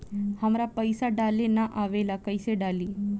हमरा पईसा डाले ना आवेला कइसे डाली?